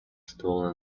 stolen